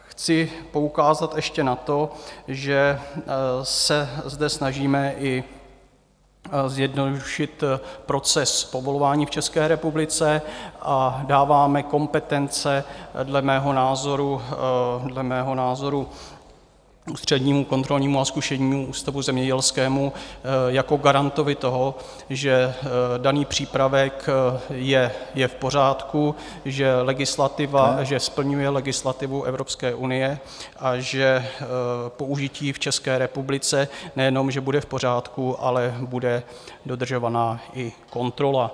Chci poukázat ještě na to, že se zde snažíme i zjednodušit proces povolování v České republice a dáváme kompetence dle mého názoru Ústřednímu kontrolnímu a zkušebnímu ústavu zemědělskému jako garantovi toho, že daný přípravek je v pořádku, že legislativa splňuje legislativu Evropské unie a že použití v České republice nejenom že bude v pořádku, ale bude dodržovaná i kontrola.